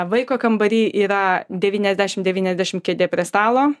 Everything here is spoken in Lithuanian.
vaiko kambary yra devyniasdešimt devyniasdešimt kėdė prie stalo